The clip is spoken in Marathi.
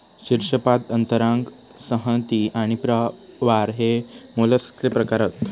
शीर्शपाद अंतरांग संहति आणि प्रावार हे मोलस्कचे प्रकार हत